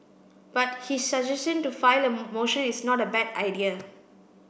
but his suggestion to file a motion is not a bad idea